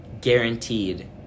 guaranteed